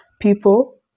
people